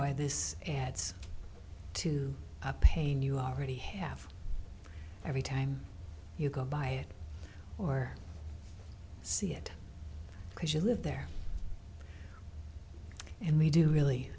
why this and it's to a pain you already have every time you go by it or see it because you live there and we do really